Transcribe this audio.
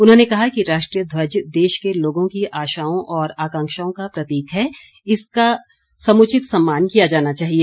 उन्होंने कहा कि राष्ट्रीय ध्वज देश के लोगों की आशाओं और आकांक्षाओं का प्रतीक है इसलिए इसका समुचित सम्मान किया जाना चाहिए